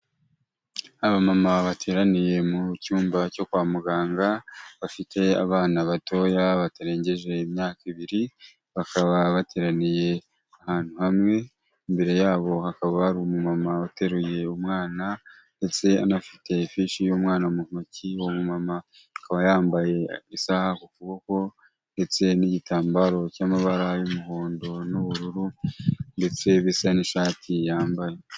Abamama bateraniye mu cyumba cyo kwa muganga, bafite abana batoya batarengeje imyaka ibiri, bakaba bateraniye ahantu hamwe, imbere yabo hakaba hari uteruye umwana ndetse anafite ifishi y'umwana mu ntoki, uwo mumama akaba yambaye isaha ku kuboko ndetse n'igitambaro cy'amabara y'umuhondo n'ubururu ndetse bisa n'ishati yambaye.